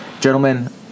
Gentlemen